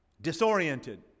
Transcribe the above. disoriented